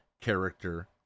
character